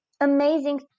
Amazing